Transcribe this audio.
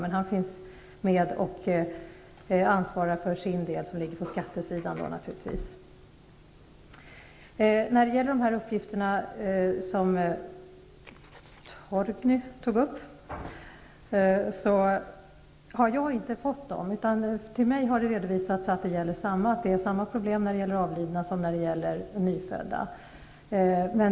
Bo Lundgren finns med och ansvarar för sin del, som naturligtvis ligger på skattesidan. Jag har inte fått tillgång till de uppgifter som Torgny Larsson tog upp, utan för mig har redovisats att problemet är detsamma vad gäller avlidna som vad gäller nyfödda.